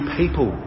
people